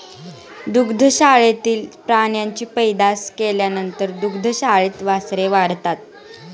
दुग्धशाळेतील प्राण्यांची पैदास केल्यानंतर दुग्धशाळेत वासरे वाढतात